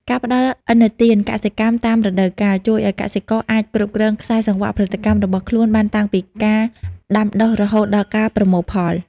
ការផ្ដល់ឥណទានកសិកម្មតាមរដូវកាល ជួយឱ្យកសិករអាចគ្រប់គ្រងខ្សែសង្វាក់ផលិតកម្មរបស់ខ្លួនបានតាំងពីការដាំដុះរហូតដល់ការប្រមូលផល។